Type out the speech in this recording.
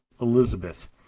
Elizabeth